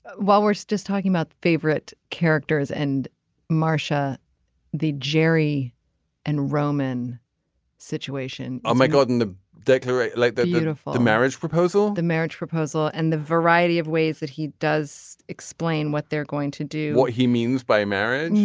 while we're just talking about favorite characters and marcia the jerry and roman situation oh my god in the declaration like that beautiful the marriage proposal the marriage proposal and the variety of ways that he does explain what they're going to do what he means by marriage.